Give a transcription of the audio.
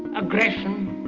aggression,